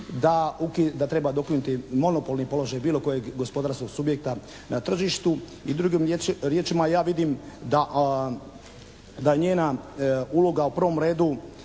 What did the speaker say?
da treba dokinuti monopolni položaj bilo kojeg gospodarskog subjekta na tržištu. I drugim riječima, ja vidim da njena uloga u prvom redu